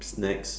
snacks